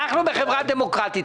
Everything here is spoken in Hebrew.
בחברה דמוקרטית.